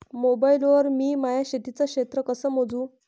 Mobile वर मी माया शेतीचं क्षेत्र कस मोजू?